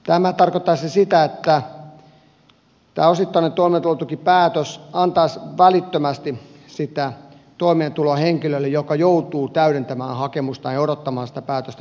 tämä tarkoittaisi sitä että osittainen toimeentulotukipäätös antaisi välittömästi toimeentuloa henkilölle joka joutuu täydentämään hakemustaan ja odottamaan sitä päätöstä vielä pidempään